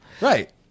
Right